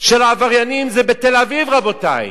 מהעבריינים זה בתל-אביב, רבותי.